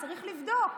צריך לבדוק,